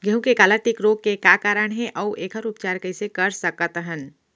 गेहूँ के काला टिक रोग के कारण का हे अऊ एखर उपचार कइसे कर सकत हन?